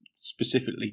specifically